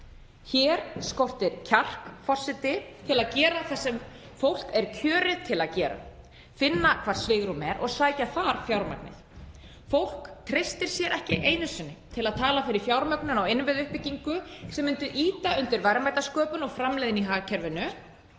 Hér skortir kjark, forseti, til að gera það sem fólk er kjörið til að gera, finna hvar svigrúm er og sækja þangað fjármagnið. Fólk treystir sér ekki einu sinni til að tala fyrir fjármögnun á innviðauppbyggingu sem myndi ýta undir verðmætasköpun og framleiðni í hagkerfinu.